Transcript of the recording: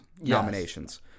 nominations